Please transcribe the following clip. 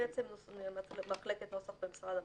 נתייעץ עם מחלקת נוסח במשרד המשפטים,